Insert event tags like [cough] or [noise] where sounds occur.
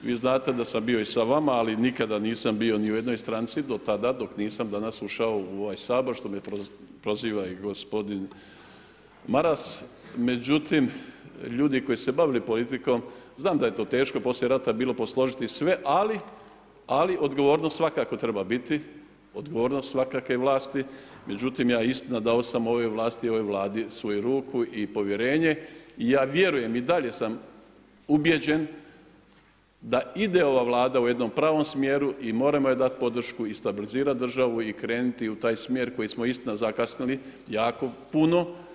Vi znate da sam bio i sa vama ali nikada nisam bio ni u jednoj stranci do tada dok nisam danas ušao ovaj sabor što me proziva gospodin Maras, međutim, ljudi koji su se bavili politikom, znam da je to teško poslije rata bilo posložiti ali odgovornost svakako treba biti, odgovornost svakakve vlasti međutim … [unintelligible] dao sam ovoj vlasti i ovoj Vladi svoju ruku i povjerenje i ja vjerujem i dalje sam ubjeđen da ide ova Vlada u jednom pravom smjeru i moramo joj dati podršku i stabilizirati državu i krenuti u taj smjer koji smo istina, zakasnili jako puno.